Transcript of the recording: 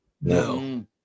No